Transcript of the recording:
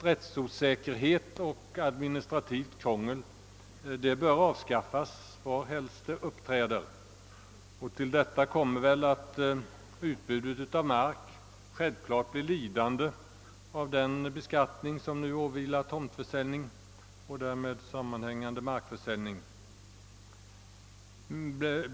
Rättsosäkerhet och administrativt krångel bör avskaffas varhelst sådant förekommer. Därtill kommer att utbudet av mark självklart blir lidande av den beskattning som nu åvilar tomtförsäljning och därmed sammanhängande markförsäljning.